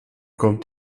kommt